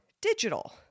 digital